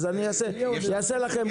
אין לי תשובה אבל אני רוצה -- סליחה,